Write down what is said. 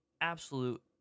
absolute